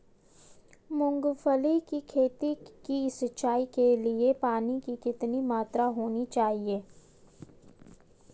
मूंगफली की खेती की सिंचाई के लिए पानी की कितनी मात्रा होनी चाहिए?